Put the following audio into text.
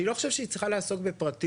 אני לא חושב שהיא צריכה לעסוק בפרטים.